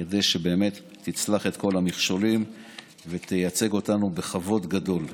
כדי שבאמת תצלח את כל המכשולים ותייצג אותנו בכבוד גדול.